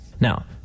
Now